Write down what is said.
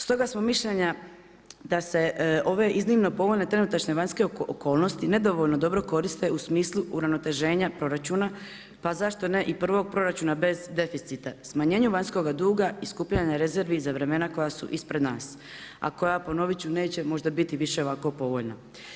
Stoga smo mišljenja da se ove iznimno povoljne trenutačne vanjske okolnosti nedovoljno dobro koriste u smislu uravnoteženja proračuna, pa zašto ne i prvog proračuna bez deficita, smanjenju vanjskoga duga i skupljanja rezervi za vremena koja su ispred nas, a koja ponovit ću neće možda biti više ovako povoljna.